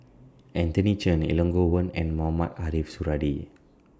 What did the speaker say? Anthony Chen Elangovan and Mohamed Ariff Suradi